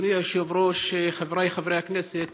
אדוני היושב-ראש, חבריי חברי הכנסת,